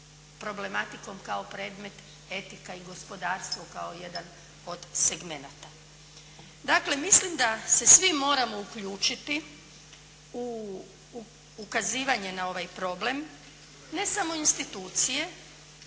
problematikom kao predmet etika i gospodarstvo kao jedan od segmenata. Dakle mislim da se svi moramo uključiti u ukazivanje na ovaj problem ne samo institucije